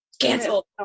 Cancel